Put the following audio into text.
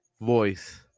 voice